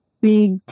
big